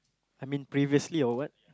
I mean previously or what